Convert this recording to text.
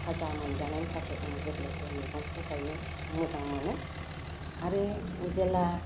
थाजा मोनजानायनि थाखाय आं जेब्लायबो मेगंखौ गायनो मोजां मोनो आरो जेला